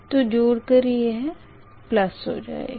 तो जोड़ कर यह प्लस हो जाएगा